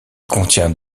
contient